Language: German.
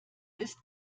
ist